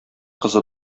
кызы